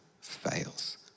fails